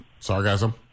Sargasm